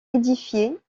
édifiée